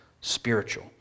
spiritual